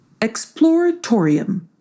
Exploratorium